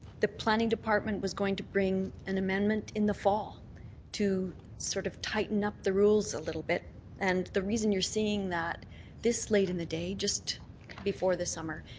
the planning department was going to bring an amendment in the fall to sort of tighten up the rules a little bit and the reason you're seeing that this late in the day, just before the summer,